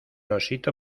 osito